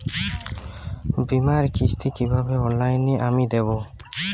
বীমার কিস্তি কিভাবে অনলাইনে আমি দেবো?